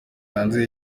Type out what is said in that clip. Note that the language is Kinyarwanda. hanze